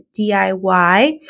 DIY